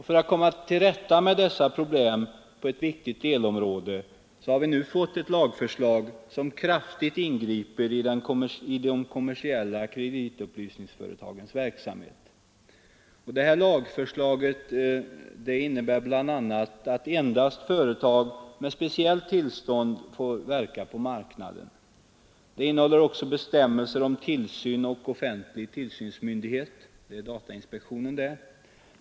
För att komma till rätta med dessa problem på ett viktigt delområde har vi nu fått ett lagförslag som kraftigt ingriper i de kommersiella kreditupplysningsföretagens verksamhet. Lagförslaget innebär bl.a. att endast företag med speciellt tillstånd får verka på marknaden, Det innehåller också bestämmelser om tillsyn och offentlig tillsynsmyndighet — datainspektionen.